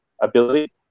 ability